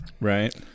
Right